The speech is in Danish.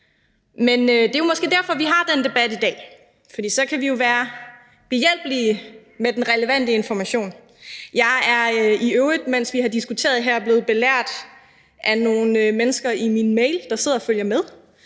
Men det er måske derfor, vi har den debat i dag. For så kan vi jo være behjælpelige med den relevante information. Jeg er i øvrigt, mens vi har diskuteret her, på min mail blevet belært af nogle mennesker, der sidder og følger med,